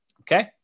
Okay